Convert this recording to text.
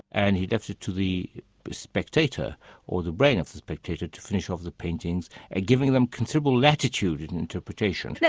and he left it to the spectator or the brain of the spectator to finish off the paintings, and giving them considerable latitude in interpretation. yeah